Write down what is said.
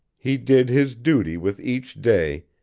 he did his duty with each day,